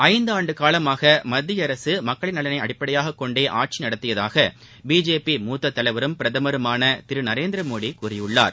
ஐந்தாண்டு காலமாக மத்திய அரசு மக்களின் நலனை அடிப்படையாக கொண்டே ஆட்சி நடத்தியதாக பிஜேபி மூத்த தலைவரும் பிரதமருமான திரு நரேந்திர மோடி கூறியிருக்கிறார்